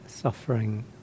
suffering